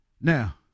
Now